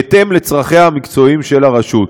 בהתאם לצרכיה המקצועיים של הרשות.